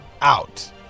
out